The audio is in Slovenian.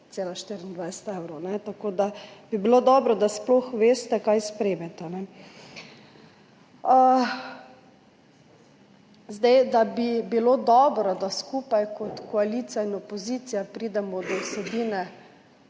748,24 evrov, tako da bi bilo dobro, da sploh veste, kaj sprejmete. Da bi bilo dobro, da skupaj kot koalicija in opozicija pridemo do vsebine